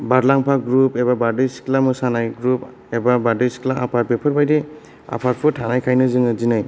बारलाम्फा group एबा बारदै सिख्ला मोसानाय ग्रुप एबा बारदै सिख्ला आफाद बेफोरबायदि आफादफोर थानायखायनो जोङो दिनै